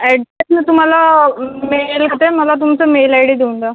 address मी तुम्हाला mail करते मला तुमचा मेल आय डी देऊन द्या